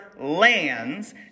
lands